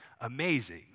amazing